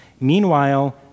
Meanwhile